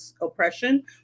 oppression